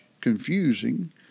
confusing